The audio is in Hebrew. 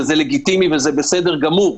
וזה לגיטימי וזה בסדר גמור.